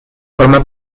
forma